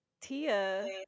Tia